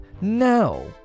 no